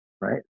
right